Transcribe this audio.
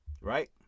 Right